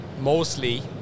mostly